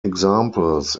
examples